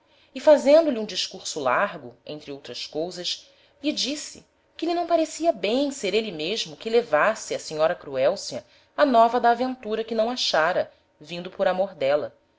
e fazendo-lhe um discurso largo entre outras cousas lhe disse que lhe não parecia bem ser êle mesmo que levasse á senhora cruelcia a nova da aventura que não achára vindo por amor d'éla